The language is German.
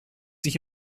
sich